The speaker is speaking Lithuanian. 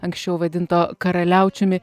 anksčiau vadinto karaliaučiumi